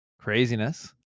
craziness